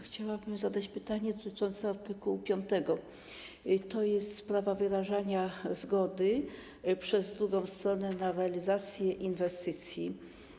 Chciałabym zadać pytanie dotyczące art. 5. Jest sprawa wyrażania zgody przez drugą stronę na realizację inwestycji.